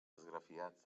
esgrafiats